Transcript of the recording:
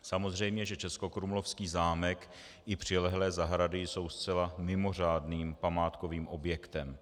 Samozřejmě že českokrumlovský zámek i přilehlé zahrady jsou zcela mimořádným památkovým objektem.